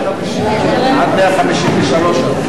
עד 153 ועד בכלל.